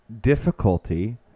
difficulty